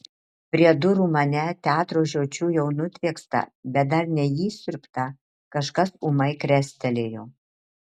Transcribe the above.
prie durų mane teatro žiočių jau nutviekstą bet dar neįsiurbtą kažkas ūmai krestelėjo